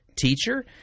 teacher